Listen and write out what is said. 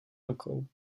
rukou